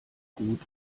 gut